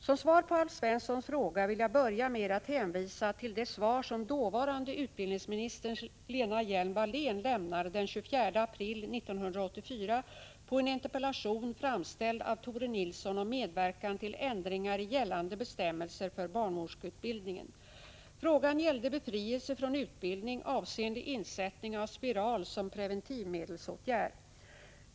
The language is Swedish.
Som svar på Alf Svenssons fråga vill jag börja med att hänvisa till det svar som dåvarande utbildningsministern Lena Hjelm-Wallén lämnade den 24 april 1984 på en interpellation framställd av Tore Nilsson om medverkan till ändringar i gällande bestämmelser för barnmorskeutbildningen. Frågan gällde befrielse från utbildning avseende insättning av spiral som preventivmedelsåtgärd.